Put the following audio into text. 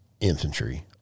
infantry